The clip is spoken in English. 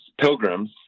pilgrims